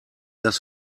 dass